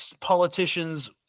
politicians